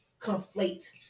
conflate